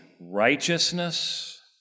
righteousness